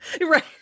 Right